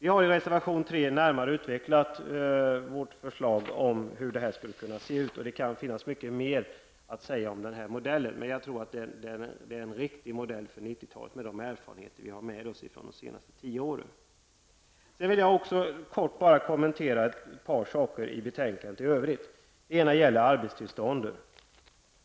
I reservation 3 har vi närmare utvecklat vårt förslag om hur det här skulle kunna se ut, och det finns mycket mer att säga om denna modell. Mot bakgrund av de erfarenheter vi har från de senaste tio åren tror jag att det är en riktig modell för 90 Jag vill också kortfattat kommentera ett par saker i betänkandet i övrigt. Jag vill t.ex. ta upp arbetstillstånden.